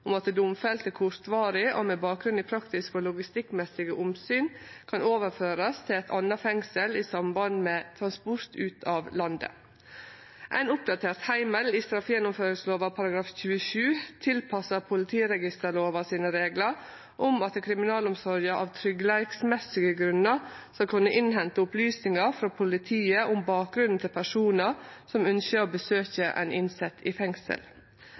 om at domfelte kortvarig og med bakgrunn i praktiske og logistikkmessige omsyn kan overførast til eit anna fengsel i samband med transport ut av landet ein oppdatert heimel i straffegjennomføringslova § 27 for å tilpasse reglane i politiregisterlova om at kriminalomsorga av tryggleiksmessige grunnar skal kunne innhente opplysningar frå politiet om bakgrunnen til personar som ønskjer å besøke ein innsett i fengsel